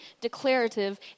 declarative